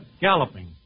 Galloping